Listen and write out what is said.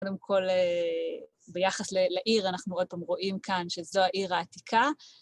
קודם כול, ביחס לעיר, אנחנו רואים כאן שזו העיר העתיקה.